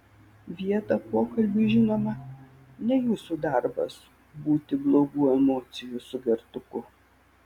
vietą pokalbiui žinoma ne jūsų darbas būti blogų emocijų sugertuku